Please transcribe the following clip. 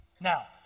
Now